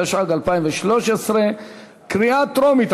התשע"ג 2013. קריאה טרומית,